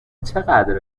چقدر